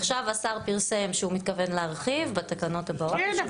עכשיו השר פרסם שהוא מתכוון להרחיב בתקנות הבאות --- כן,